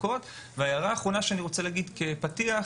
הערה אחרונה שאני רוצה לומר כפתיח,